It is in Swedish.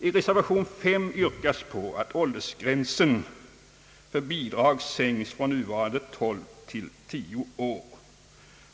I reservation 5 yrkas på att åldersgränsen för bidrag sänks från nuvarande 12 till 10 år.